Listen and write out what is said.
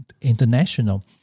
International